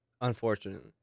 Unfortunately